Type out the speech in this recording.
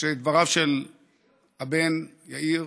שדבריו של הבן יאיר,